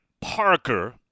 Parker